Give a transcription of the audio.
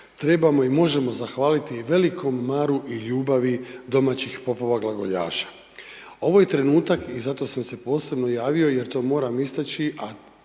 trebamo i možemo zahvaliti velikom maru i ljubavi domaćih popova glagoljaša. Ovo je trenutak i zato sam se posebno javio jer to moram istaći